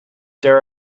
there